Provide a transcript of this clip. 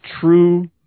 True